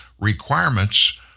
requirements